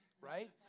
right